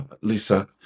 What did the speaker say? Lisa